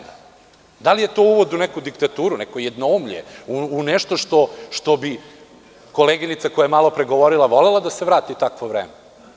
Da li je to uvod u neku diktaturu, jednoumlje, u nešto što bi koleginica koja je malopre govorila volela da se vrati takvo vreme?